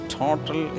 total